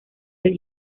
del